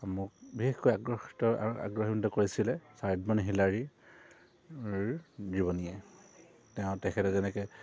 মোক বিশেষকৈ আগ্ৰসিত আগ্ৰহীত কৰিছিলে চাৰ্ডমন হিলাৰীৰ জীৱনীয়ে তেওঁ তেখেতে যেনেকৈ